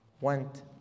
went